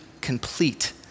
complete